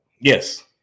Yes